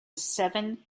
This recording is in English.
seven